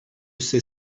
sais